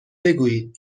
بگویید